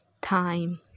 time